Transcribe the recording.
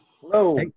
Hello